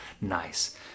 nice